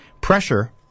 Pressure